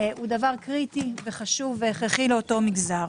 זה קריטי וחשוב והכרחי לאותו מגזר.